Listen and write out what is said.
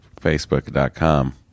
facebook.com